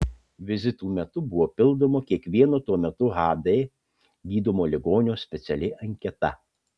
vizitų metu buvo pildoma kiekvieno tuo metu hd gydomo ligonio speciali anketa